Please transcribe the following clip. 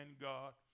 God